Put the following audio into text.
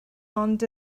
ond